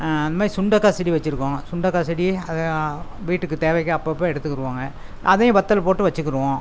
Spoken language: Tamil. அது மாரி சுண்டக்காய் செடி வச்சுருக்கோம் சுண்டக்காய் செடி அதை வீட்டுக்கு தேவைக்கு அப்போப்ப எடுத்துக்கிருவோங்க அதையும் வத்தல் போட்டு வச்சுக்கிருவோம்